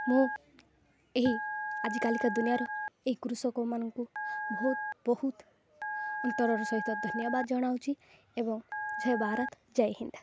ମୁଁ ଏହି ଆଜିକାଲିକା ଦୁନିଆର ଏହି କୃଷକମାନଙ୍କୁ ବହୁତ ବହୁତ ଅନ୍ତରର ସହିତ ଧନ୍ୟବାଦ ଜଣାଉଛି ଏବଂ ଜୟ ଭାରତ ଜୟ ହିନ୍ଦ୍